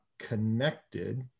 connected